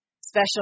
Special